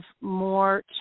more